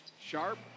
Sharp